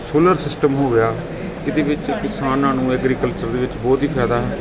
solar system ਹੋ ਗਿਆ ਇਹਦੇ ਵਿੱਚ ਕਿਸਾਨਾਂ ਨੂੰ ਐਗਰੀਕਲਚਰ ਦੇ ਵਿੱਚ ਬਹੁਤ ਹੀ ਫ਼ਾਇਦਾ